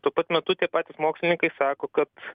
tuo pat metu tie patys mokslininkai sako kad